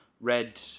red